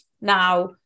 now